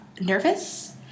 nervous